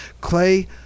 Clay